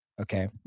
Okay